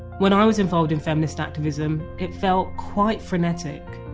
when i was involved in feminist activism, it felt quite frenetic.